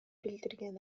билдирген